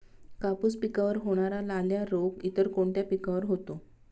कापूस पिकावर होणारा लाल्या रोग इतर कोणत्या पिकावर होतो?